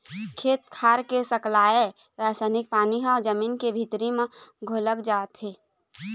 खेत खार के सकलाय रसायनिक पानी ह जमीन के भीतरी म घलोक जाथे